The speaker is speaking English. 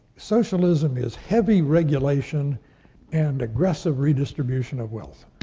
socialism is heavy regulation and aggressive redistribution of wealth,